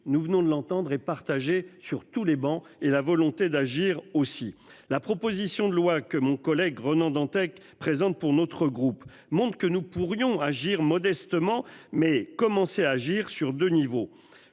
Nous venons de l'entendre, est partagé sur tous les bancs et la volonté d'agir aussi la proposition de loi que mon collègue Ronan Dantec présente pour notre groupe monde que nous pourrions agir modestement mais commencer à agir sur deux niveaux,